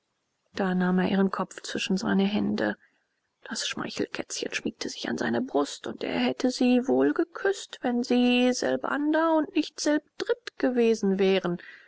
da nahm er ihren kopf zwischen seine hände das schmeichelkätzchen schmiegte sich an seine brust und er hätte sie wohl geküßt wenn sie selbander und nicht selbdritt gewesen wären